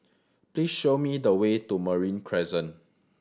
please show me the way to Marine Crescent